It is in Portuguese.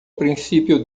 princípio